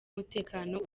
umutekano